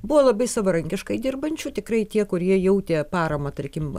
buvo labai savarankiškai dirbančių tikrai tie kurie jautė paramą tarkim